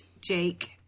Jake